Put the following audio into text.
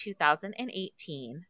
2018